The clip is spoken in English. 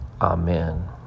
amen